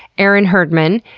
aaron herdman,